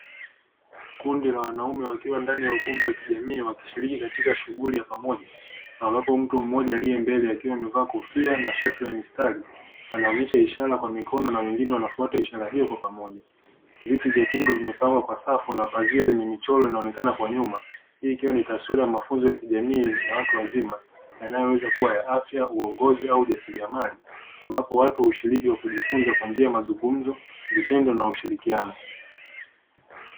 Kundi la wanaume wakiwa ndani ya ukumbi wa kijamii wakishiriki katika shughuli ya pamoja. Ambapo mtu mmoja aliyembele akiwa amevaa kofia na shati la mistari, anaonyesha ishara kwa mikono na wengine wanafuata ishara hiyo kwa pamoja. Viti vyekundu vimepangwa kwa safu na pazia lenye michoro linaonekana kwa nyuma. Hii ikiwa ni taswira ya mafunzo ya kijamii ya watu wazima yanayoweza kuwa ya afya, uongozi au ujasiriamali ambapo watu hushiriki kwa kujifunza kwa njia ya mazungumzo, vitendo na ushirikiano.